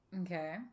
Okay